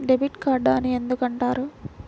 Debit card అని ఎందుకు అంటారు?